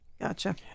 Gotcha